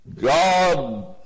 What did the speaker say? God